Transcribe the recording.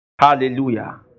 Hallelujah